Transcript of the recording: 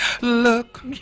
look